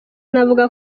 navuga